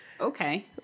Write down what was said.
okay